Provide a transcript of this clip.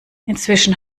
inzwischen